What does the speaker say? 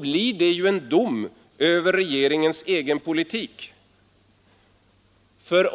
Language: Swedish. blir det ju en dom över regeringens egen politik.